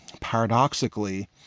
paradoxically